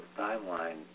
timeline